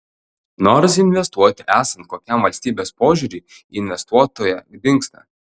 noras investuoti esant tokiam valstybės požiūriui į investuotoją dingsta